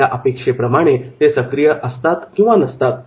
आपल्या अपेक्षेप्रमाणे ते सक्रिय असतात किंवा नसतात